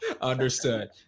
understood